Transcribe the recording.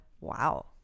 wow